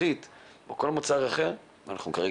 בפחית או בכל מוצר אחר ואנחנו כרגע